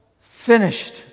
finished